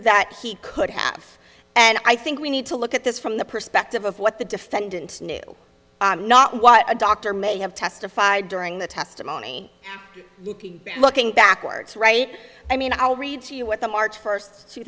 that he could have and i think we need to look at this from the perspective of what the defendant knew not what a doctor may have testified during the testimony looking backwards right i mean i'll read to you what the march first two